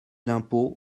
l’impôt